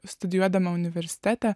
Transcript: studijuodama universitete